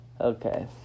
Okay